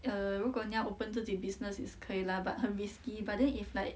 err 如果你要 open 自己 business 也是可以 lah but 很 risky but then if like